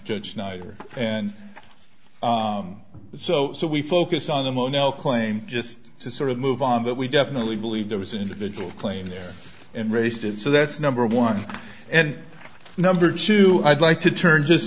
snyder and so so we focus on the mono claim just to sort of move on but we definitely believe there was an individual claim there and raised it so that's number one and number two i'd like to turn just